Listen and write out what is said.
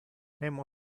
nemo